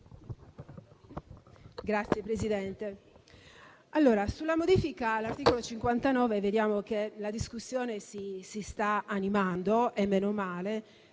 Signor Presidente, sulla modifica all'articolo 59 vediamo che la discussione si si sta animando - e meno male